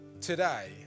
today